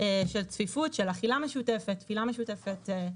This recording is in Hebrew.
של צפיפות, של אכילה משותפת, תפילה משותפת.